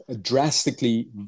drastically